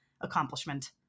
accomplishment